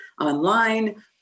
online